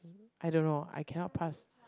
I don't know I cannot pass